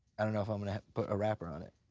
i don't know if i'm gonna put a rapper on it.